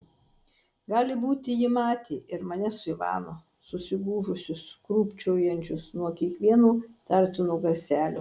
gali būti ji matė ir mane su ivanu susigūžusius krūpčiojančius nuo kiekvieno įtartino garselio